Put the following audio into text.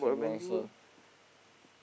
about Man-U lah